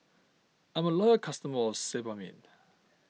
I'm a loyal customer of Sebamed